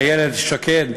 איילת שקד,